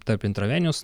tarp intraveninius